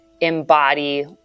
embody